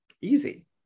easy